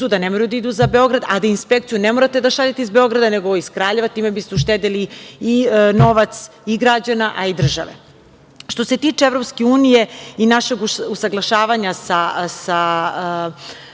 da ne moraju da idu za Beograd, a da inspekciju ne morate da šaljete iz Beograda nego iz Kraljeva, time biste uštedeli i novac i građana a i države. Što se tiče EU i našeg usaglašavanja sa